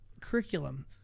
curriculum